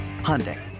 Hyundai